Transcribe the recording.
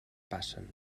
passen